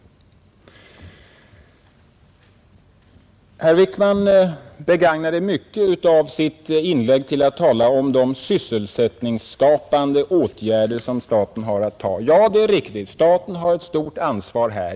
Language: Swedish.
Herr Wickman begagnade mycket av sitt inlägg till att tala om de sysselsättningsskapande åtgärder som staten har att vidta. Ja, det är riktigt, staten har ett stort ansvar här.